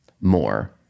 more